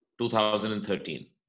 2013